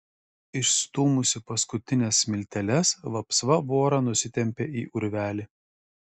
išstūmusi paskutines smilteles vapsva vorą nusitempią į urvelį